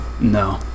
No